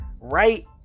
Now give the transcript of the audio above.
right